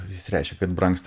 jis reiškia kad brangsta